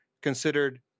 considered